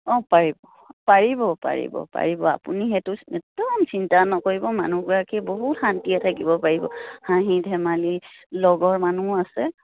অঁ পাৰিব পাৰিব পাৰিব পাৰিব আপুনি সেইটো একদম চিন্তা নকৰিব মানুহগৰাকী বহুত শান্তিয়ে থাকিব পাৰিব হাঁহি ধেমালি লগৰ মানুহো আছে